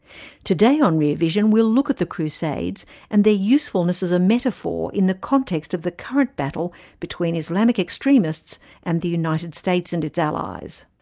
today on rear vision we'll look at the crusades and their usefulness as a metaphor in the context of the current battle between islamic extremists and the united states and its allies.